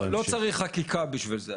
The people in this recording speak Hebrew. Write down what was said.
לא צריך חקיקה בשביל זה,